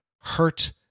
hurt